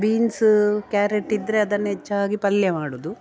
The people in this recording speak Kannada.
ಬೀನ್ಸ ಕ್ಯಾರೆಟ್ ಇದ್ದರೆ ಅದನ್ನು ಹೆಚ್ಚಾಗಿ ಪಲ್ಯ ಮಾಡುವುದು